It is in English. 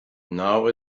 now